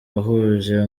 wahuje